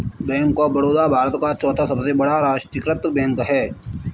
bank of Baroda Bharat का चौथा सबसे बड़ा राष्ट्रीयकृत बैंक है